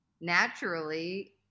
naturally